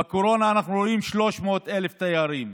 בקורונה אנחנו רואים 300,000 תיירים.